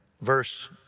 Verse